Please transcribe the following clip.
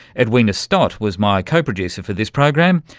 edwina stott was my co-producer for this program.